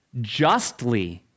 justly